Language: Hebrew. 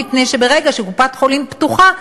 מפני שברגע שקופת-חולים פתוחה,